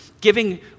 giving